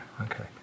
Okay